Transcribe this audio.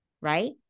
right